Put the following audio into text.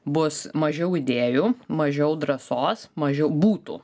bus mažiau idėjų mažiau drąsos mažiau būtų